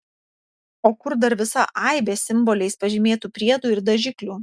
o kur dar visa aibė simboliais pažymėtų priedų ir dažiklių